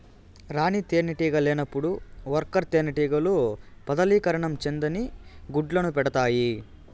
రాణి తేనెటీగ లేనప్పుడు వర్కర్ తేనెటీగలు ఫలదీకరణం చెందని గుడ్లను పెడుతాయి